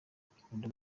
ikunda